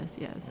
yes